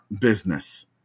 business